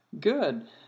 Good